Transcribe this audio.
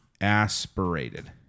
aspirated